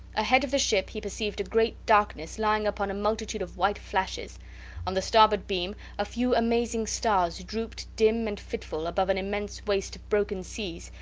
ahead of the ship he perceived a great darkness lying upon a multitude of white flashes on the starboard beam a few amazing stars drooped, dim and fitful, above an immense waste of broken seas,